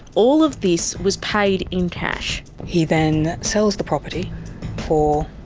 all of this was paid in cash. he then sells the property for